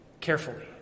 carefully